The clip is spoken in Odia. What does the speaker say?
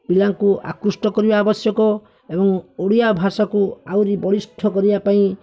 ପିଲାଙ୍କୁ ଆକୃଷ୍ଟ କରିବା ଆବଶ୍ୟକ ଏବଂ ଓଡ଼ିଆ ଭାଷାକୁ ଆହୁରି ବଳିଷ୍ଠ କରିବା ପାଇଁ